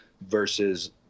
versus